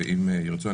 ואם ירצו,